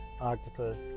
octopus